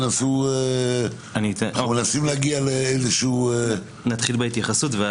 מנסים להגיע --- נתחיל בהתייחסות.